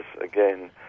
again